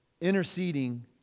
interceding